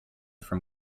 from